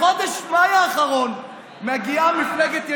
בחודש מאי האחרון מגיעה מפלגת ימינה,